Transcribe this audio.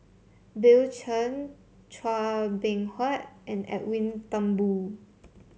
Bill Chen Chua Beng Huat and Edwin Thumboo